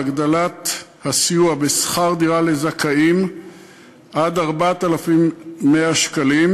הגדלת הסיוע בשכר דירה לזכאים עד 4,100 שקלים.